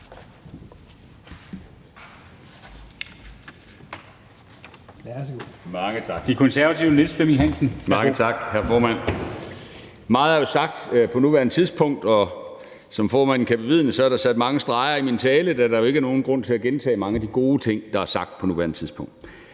(Ordfører) Niels Flemming Hansen (KF): Mange tak, hr. formand. Meget er jo sagt på nuværende tidspunkt, og som formanden kan bevidne, er der sat mange streger i min tale, da der jo ikke er nogen grund til at gentage mange af de gode ting, der er sagt på nuværende tidspunkt.